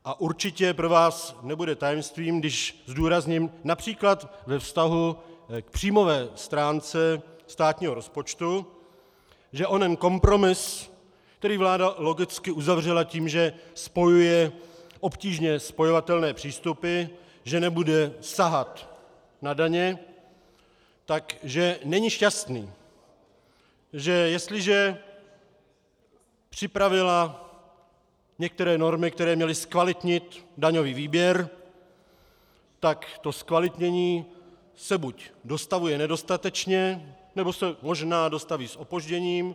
A určitě pro vás nebude tajemstvím, když zdůrazním například ve vztahu k příjmové stránce státního rozpočtu, že onen kompromis, který vláda logicky uzavřela tím, že spojuje obtížně spojovatelné přístupy, že nebude sahat na daně, tak že není šťastný, že jestliže připravila některé normy, které měly zkvalitnit daňový výběr, tak to zkvalitnění se buď dostavuje nedostatečně, nebo se možná dostaví s opožděním.